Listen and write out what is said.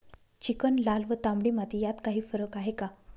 Chicken, लाल व तांबडी माती यात काही फरक आहे का?